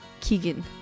Keegan